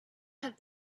have